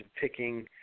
picking